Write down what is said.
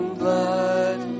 blood